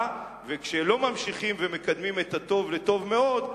כשלא ממשיכים ומקדמים את הטוב לטוב-מאוד.